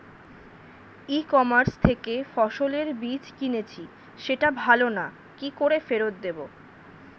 ই commerce থেকে ফসলের বীজ কিনেছি সেটা ভালো না কি করে ফেরত দেব?